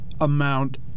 amount